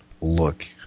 look